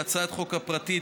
בהצעת החוק הפרטית,